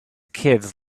kids